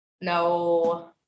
no